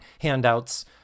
handouts